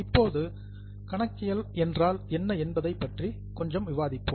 இப்போது கணக்கியல் என்றால் என்ன என்பதைப் பற்றி கொஞ்சம் விவாதிப்போம்